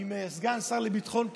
עם סגן השר לביטחון פנים.